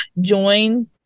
join